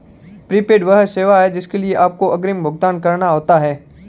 prepaid वह सेवा है जिसके लिए आपको अग्रिम भुगतान करना होता है